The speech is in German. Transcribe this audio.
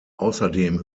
außerdem